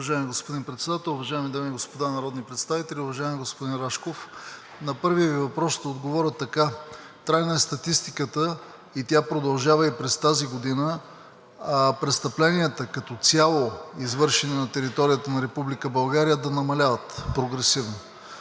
Уважаеми господин Председател, уважаеми дами и господа народни представители! Уважаеми господин Рашков, на първия Ви въпрос ще отговоря така. Трайна е статистиката, тя продължава и през тази година – престъпленията като цяло, извършени на територията на Република България, да намаляват прогресивно.